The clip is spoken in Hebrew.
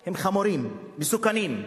הם חמורים, מסוכנים,